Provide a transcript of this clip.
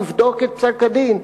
תבדוק את פסק-הדין,